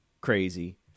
crazy